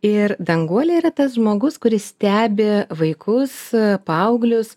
ir danguolė yra tas žmogus kuris stebi vaikus paauglius